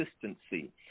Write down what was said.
consistency